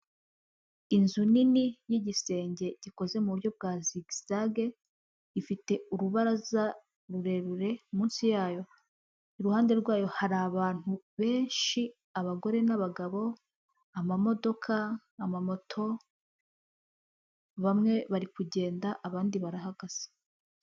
Inzu nini y'igisenge gikoze mu buryo bwa zigizage, ifite urubaraza rurerure munsi yayo, iruhande rwayo hari abantu benshi abagore n'abagabo, amamodoka, amamoto, bamwe bari kugenda, abandi barahagaze.